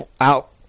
out